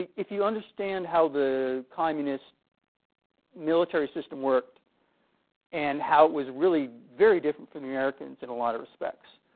if you understand how the communist military system worked and how it was really very different from the americans in a lot of respects.